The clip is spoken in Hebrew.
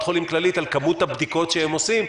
חולים הכללית על כמות הבדיקות שהם עושים,